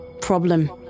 problem